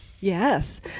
yes